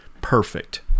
perfect